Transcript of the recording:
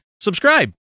subscribe